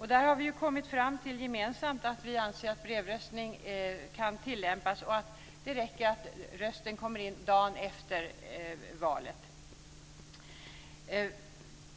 Vi har gemensamt kommit fram till att vi anser att brevröstning kan tillämpas och att det räcker att rösten kommer in dagen efter valet.